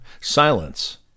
Silence